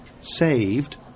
saved